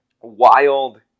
wild